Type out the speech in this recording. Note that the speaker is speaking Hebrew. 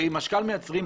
למשכ"ל יש שני פטורים.